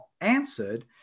answered